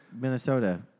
Minnesota